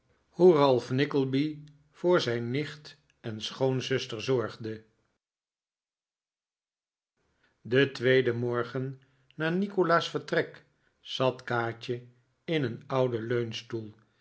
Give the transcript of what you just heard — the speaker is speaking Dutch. ralph nickleby voor v zijn nicht en schoonzuster zorgde den tweeden morgen na nikolaas vertrek zat kaatje in een ouden